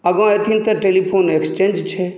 आगाँ एथिन तऽ टेलिफ़ोन इक्स्चेंज छै